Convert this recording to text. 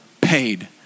paid